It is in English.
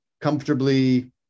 Comfortably